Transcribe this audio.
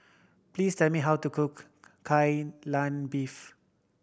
please tell me how to cook Kai Lan Beef